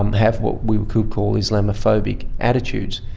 um have what we could call islamophobic attitudes.